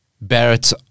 Barrett